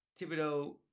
Thibodeau